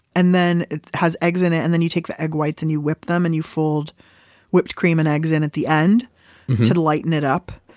and then it has eggs in it and then you take the egg whites and you whip them and you fold whipped cream and eggs and at the end to lighten it up.